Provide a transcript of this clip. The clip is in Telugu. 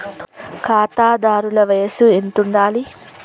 ఖాతాదారుల వయసు ఎంతుండాలి?